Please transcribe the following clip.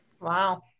Wow